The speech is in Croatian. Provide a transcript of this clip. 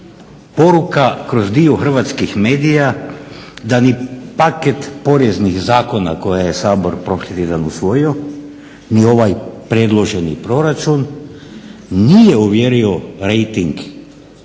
poruka kroz dio hrvatskih medija, da ni paket poreznih zakona koje je Sabor prošli tjedan usvojio, ni ovaj predloženi proračun nije uvjerio rejting